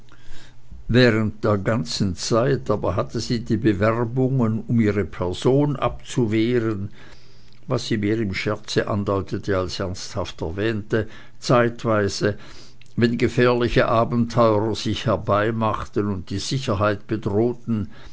während der ganzen zeit aber hatte sie die bewerbungen um ihre person abzuwehren was sie mehr im scherze andeutete als ernsthaft erwähnte zeitweise wenn gefährliche abenteurer sich herbeimachten und die sicherheit bedrohten